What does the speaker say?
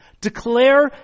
Declare